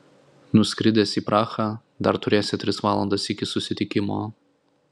nuskridęs į prahą dar turėsi tris valandas iki susitikimo